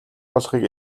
болохыг